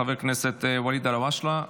חבר כנסת ואליד אלהואשאלה.